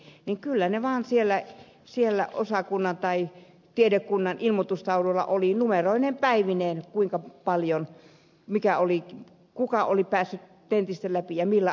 söderman opiskeli kyllä ne vaan siellä osakunnan tai tiedekunnan ilmoitustauluilla olivat numeroineen päivineen kuka oli päässyt tentistä läpi ja millä arvosanalla